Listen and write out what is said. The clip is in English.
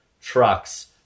trucks